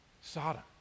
Sodom